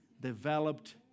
developed